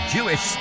Jewish